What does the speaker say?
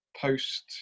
post